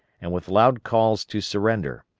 and with loud calls to surrender.